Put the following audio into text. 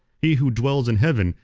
he who dwells in heaven,